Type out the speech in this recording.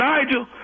Nigel